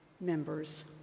members